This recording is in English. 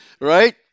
right